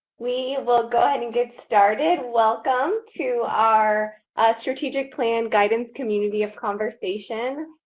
we will go ahead and get started. welcome to our strategic plan guidance community of conversation.